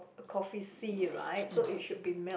coffee C right so it should be milk